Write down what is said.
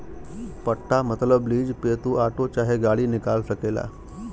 पट्टा मतबल लीज पे तू आटो चाहे गाड़ी निकाल सकेला